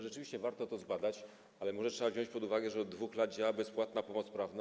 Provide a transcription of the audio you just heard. Rzeczywiście warto to zbadać, ale może trzeba wziąć pod uwagę, że od 2 lat działa bezpłatna pomoc prawna.